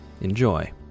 Enjoy